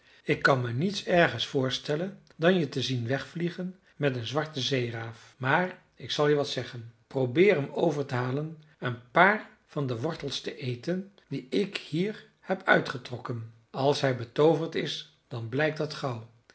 ik kan me niets ergers voorstellen dan je te zien wegvliegen met een zwarte zeeraaf maar ik zal je wat zeggen probeer hem over te halen een paar van de wortels te eten die ik hier heb uitgetrokken als hij betooverd is dan blijkt dat